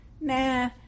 nah